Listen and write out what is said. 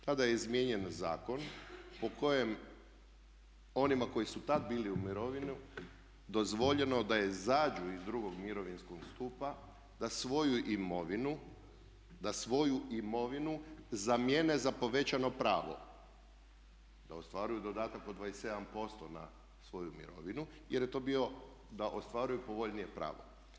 Tada je izmijenjen zakon po kojem onima koji su tad bili u mirovini dozvoljeno da izađu iz drugog mirovinskog stupa, da svoju imovinu zamijene za povećano pravo, da ostvaruju dodatak od 27% na svoju mirovinu jer je to bio da ostvaruju povoljnije pravo.